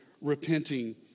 repenting